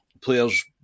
players